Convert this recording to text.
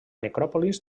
necròpolis